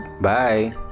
bye